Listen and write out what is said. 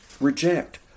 reject